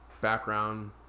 background